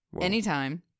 anytime